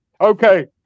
Okay